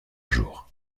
jour